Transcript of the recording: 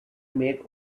make